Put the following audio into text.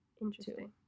Interesting